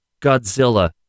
Godzilla